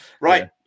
Right